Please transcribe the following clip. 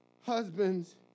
Husbands